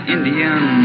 Indian